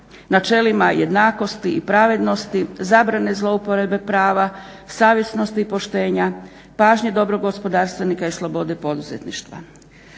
načelima jednakosti, pravednosti, zabrane zloupotrebe prava, savjesnost i poštenja, pažnje dobrog gospodarstvenika i slobode poduzetništva.